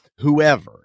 whoever